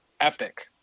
epic